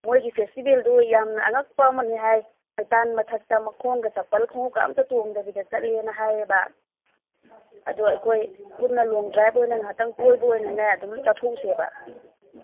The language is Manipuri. ꯃꯣꯏꯒꯤ ꯐꯦꯁꯇꯤꯚꯦꯜꯗꯣ ꯌꯥꯝꯅ ꯑꯉꯛꯄ ꯑꯃꯅꯤ ꯍꯥꯏ ꯃꯩꯇꯥꯟ ꯃꯊꯛꯇ ꯃꯈꯣꯡꯒ ꯆꯞꯄꯜ ꯈꯣꯡꯎꯞꯀ ꯑꯃꯇꯥ ꯇꯣꯡꯗꯕꯤꯗ ꯆꯠꯂꯤꯅ ꯍꯥꯏꯑꯦꯕ ꯑꯗꯣ ꯑꯩꯈꯣꯏ ꯄꯨꯟꯅ ꯂꯣꯡ ꯗ꯭ꯔꯥꯏꯚ ꯑꯣꯏꯅ ꯉꯥꯍꯥꯛꯇꯪ ꯀꯣꯏꯕ ꯑꯣꯏꯅꯅꯦ ꯆꯠꯊꯣꯛꯎꯁꯦꯕ